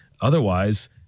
Otherwise